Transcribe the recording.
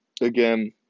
again